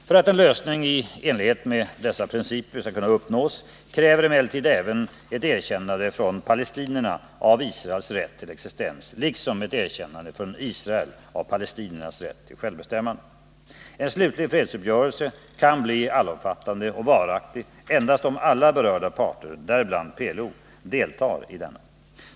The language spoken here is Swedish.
För att en lösning i enlighet med dessa principer skall kunna uppnås, krävs emellertid även ett erkännande från palestinierna av Israels rätt till existens, liksom ett erkännande från Israel av palestiniernas rätt till självbestämmande. En slutlig fredsuppgörelse kan bli allomfattande och varaktig endast om alla berörda parter, däribland PLO, deltar i denna.